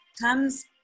comes